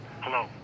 Hello